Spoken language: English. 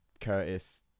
Curtis